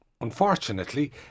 unfortunately